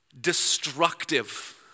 destructive